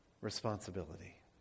responsibility